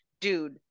dude